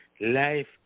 life